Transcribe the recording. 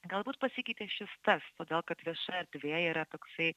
galbūt pasikeitė šis tas todėl kad vieša erdvė yra toksai